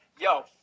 yo